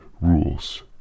rules